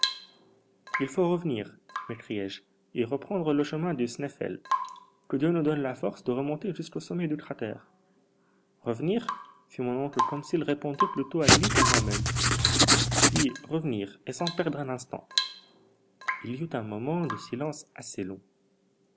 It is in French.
il faut revenir m'écriai-je et reprendre le chemin du sneffels que dieu nous donne la force de remonter jusqu'au sommet du cratère revenir fit mon oncle comme s'il répondait plutôt à lui qu'à moi-même oui revenir et sans perdre un instant il y eut un moment de silence assez long